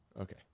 Okay